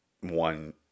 one